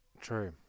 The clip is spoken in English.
True